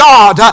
God